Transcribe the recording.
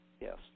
Yes